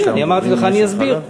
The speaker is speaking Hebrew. אני אמרתי לך, אני אסביר.